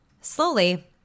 Slowly